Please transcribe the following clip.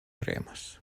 premas